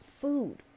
food